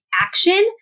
action